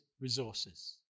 resources